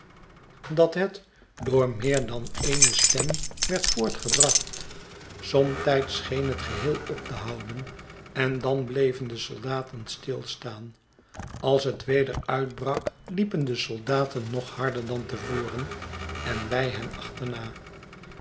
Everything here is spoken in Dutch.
dat het door meer dan ene stem werd voortgebracht somtijds scheen het geheel op te houden en dan bleven de soldaten stilstaan als het weder uitbrak liepen de soldaten nog harder dan te voren en wij hen achterna